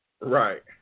Right